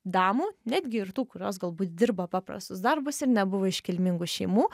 damų netgi ir tų kurios galbūt dirba paprastus darbus ir nebuvo iš kilmingų šeimų